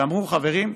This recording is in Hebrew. שאמרו: חברים,